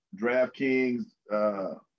DraftKings